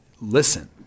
listen